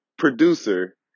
producer